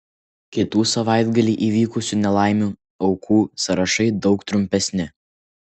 kitų savaitgalį įvykusių nelaimių aukų sąrašai daug trumpesni